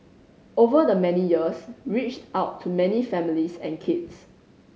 over the many years reached out to many families and kids